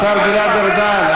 השר גלעד ארדן,